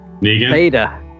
Beta